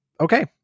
okay